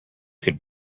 could